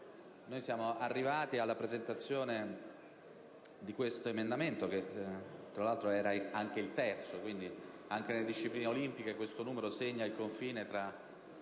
Siamo arrivati alla presentazione di questo emendamento, che tra l'altro era anche il terzo (anche nelle discipline olimpiche questo numero segna il confine tra